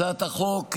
הצעת החוק,